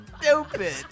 stupid